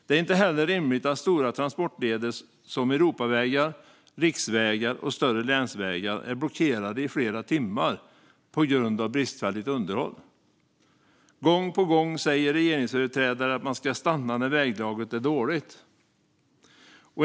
Det är inte heller rimligt att stora transportleder som Europavägar, riksvägar och större länsvägar är blockerade i flera timmar på grund av bristfälligt underhåll. Gång på gång säger regeringsföreträdare att man ska stanna när väglaget är dåligt.